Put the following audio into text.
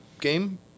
game